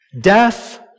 Death